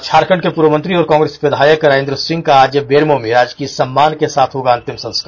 और झारखंड के पूर्व मंत्री और कांग्रेस विधायक राजेन्द्र सिंह का आज बेरमो में राजकीय सम्मान के साथ होगा अंतिम संस्कार